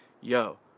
Yo